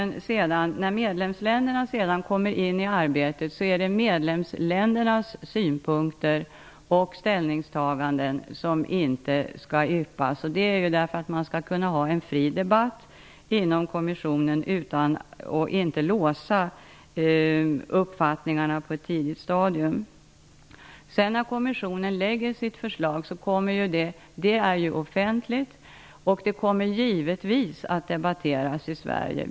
När medlemsländerna sedan kommer in i arbetet är det medlemsländernas synpunkter och ställningstaganden som inte skall yppas. Det är för att det skall kunna råda en fri debatt inom kommissionen utan att uppfattningarna låses på ett tidigt stadium. När kommissionen lägger fram sitt förslag råder offentlighet. Det kommer givetvis att debatteras i Sverige.